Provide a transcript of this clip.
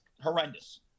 horrendous